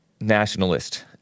nationalist